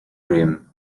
rim